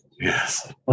Yes